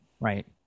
right